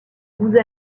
vous